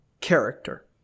character